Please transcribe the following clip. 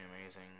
amazing